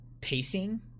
pacing